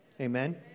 Amen